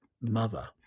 mother